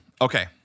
Okay